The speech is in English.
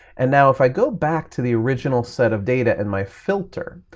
and now if i go back to the original set of data and my filter,